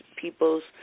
people's